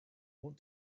want